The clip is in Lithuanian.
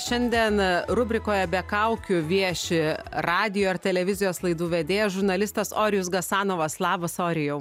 šiandien rubrikoje be kaukių vieši radijo ir televizijos laidų vedėjas žurnalistas orijus gasanovas labas orijau